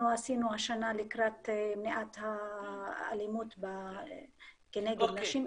עשינו השנה לקראת מניעת האלימות כנגד נשים.